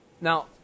now